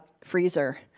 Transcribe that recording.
freezer